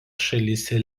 šalyse